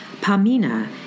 Pamina